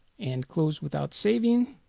and closed without saving